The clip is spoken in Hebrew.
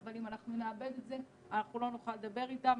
אבל אם אנחנו נאבד את זה אנחנו לא נוכל לדבר אתם.